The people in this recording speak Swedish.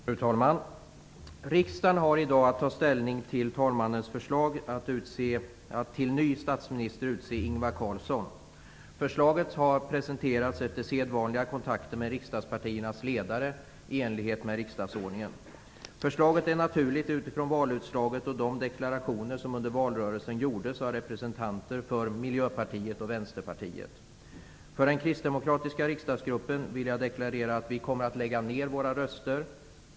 Fru talman! Riksdagen har i dag att ta ställning till talmannens förslag att till ny statsminister utse Ingvar Carlsson. Förslaget har presenterats efter sedvanliga kontakter med riksdagspartiernas ledare i enlighet med riksdagsordningen. Förslaget är naturligt utifrån valutslaget och de deklarationer som under valrörelsen gjordes av representanter för Miljöpartiet och Vänsterpartiet. För den kristdemokratiska riksdagsgruppen vill jag deklarera att vi kommer att lägga ned våra röster.